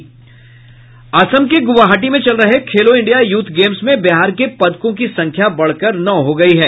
असम के गुवाहाटी में चल रहे खेलो इंडिया यूथ गेम्स में बिहार के पदकों की संख्या बढ़कर नौ हो गयी है